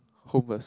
home first